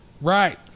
Right